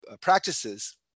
practices